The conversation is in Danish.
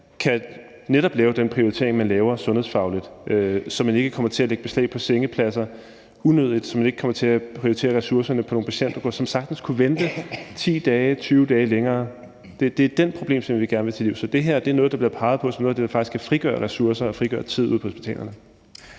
nemmere kan lave den prioritering, man laver sundhedsfagligt, så man ikke kommer til at lægge beslag på sengepladser unødigt, og så man ikke kommer til at prioritere ressourcerne på nogle patienter, som sagtens kunne vente 10 dage, 20 dage eller længere. Det er den problemstilling, vi gerne vil til livs. Så det her er noget, der bliver peget på som noget af det, der faktisk kan frigøre ressourcer og frigøre tid ude på hospitalerne.